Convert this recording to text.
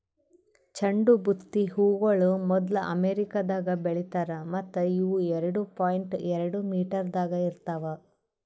ಚಂಡು ಬುತ್ತಿ ಹೂಗೊಳ್ ಮೊದ್ಲು ಅಮೆರಿಕದಾಗ್ ಬೆಳಿತಾರ್ ಮತ್ತ ಇವು ಎರಡು ಪಾಯಿಂಟ್ ಎರಡು ಮೀಟರದಾಗ್ ಇರ್ತಾವ್